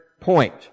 point